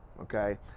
okay